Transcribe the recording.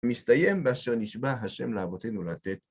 מסתיים ב"אשר נשבע השם לאבותינו לתת"